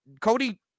Cody